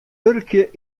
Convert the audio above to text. wurkje